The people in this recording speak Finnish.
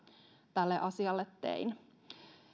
tälle asialle tein